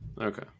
Okay